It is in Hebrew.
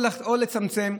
או לצמצם,